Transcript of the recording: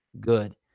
good